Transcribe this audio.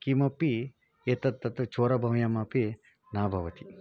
किमपि एतत् तत् चोरभवयमपि न भवति